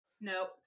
Nope